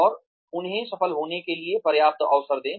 और उन्हें सफल होने के लिए पर्याप्त अवसर दें